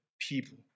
people